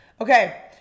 Okay